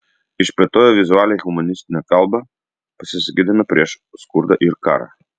išplėtojo vizualią humanistinę kalbą pasisakydama prieš skurdą ir karą